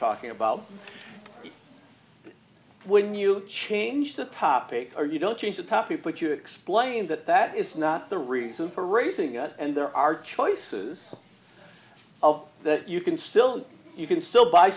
talking about when you change the topic or you don't change the topic but you explain that that is not the reason for raising it and there are choices well that you can still you can still buy